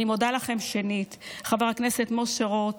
אני מודה לכם שנית, חבר הכנסת משה רוט,